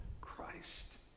Christ